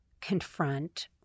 confront